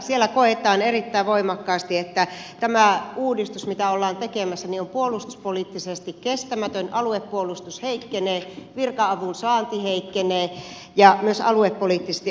siellä koetaan erittäin voimakkaasti että tämä uudistus mitä ollaan tekemässä on puolustuspoliittisesti kestämätön aluepuolustus heikkenee virka avun saanti heikkenee ja myös aluepoliittisesti on kestämätön